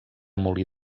molí